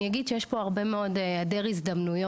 אני אגיד שיש פה הרבה מאוד היעדר הזדמנויות